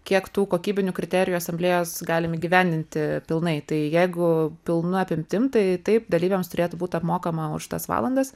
kiek tų kokybinių kriterijų asamblėjos galim įgyvendinti pilnai tai jeigu pilna apimtim tai taip dalyviams turėtų būti apmokama už tas valandas